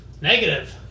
negative